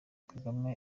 kagame